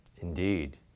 Indeed